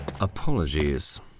Apologies